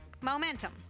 Momentum